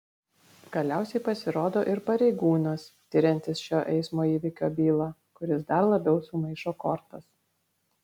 galiausiai pasirodo ir pareigūnas tiriantis šio eismo įvykio bylą kuris dar labiau sumaišo kortas